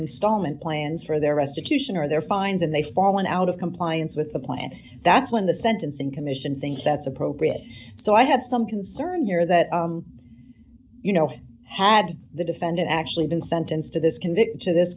installment plans for their restitution or their fines and they fallen out of compliance with the plan that's when the sentencing commission think that's appropriate so i have some concern here that you know he had the defendant actually been sentenced to this convict to this